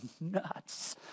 nuts